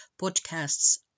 podcasts